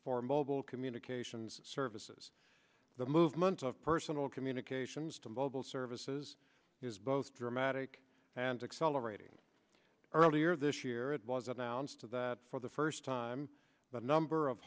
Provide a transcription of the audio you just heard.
for mobile communications services the movement of personal communications to mobile services is both dramatic and accelerating earlier this year it was announced of that for the first time the number of